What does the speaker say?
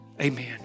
Amen